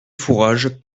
fourage